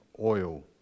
oil